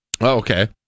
Okay